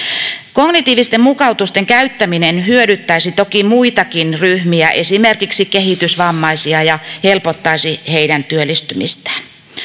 kognitiivisten mukautusten käyttäminen hyödyttäisi toki muitakin ryhmiä esimerkiksi kehitysvammaisia ja helpottaisi heidän työllistymistään